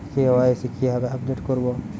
KYC কিভাবে update করব?